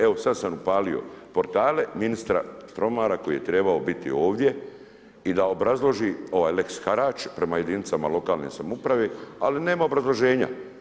Evo, sad sam upalio portale, ministra Štromana koji je trebao biti ovdje i da obrazloži ovaj lex harač, prema jedinicama lokalne samouprave ali nema obrazloženja.